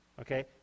Okay